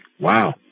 wow